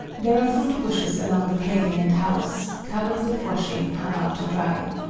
there are fruit bushes along the paling and house, covered with washing hung out to dry.